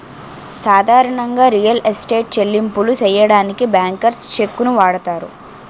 సాధారణంగా real estate చెల్లింపులు సెయ్యడానికి బ్యాంకర్స్ చెక్కుని వాడతారు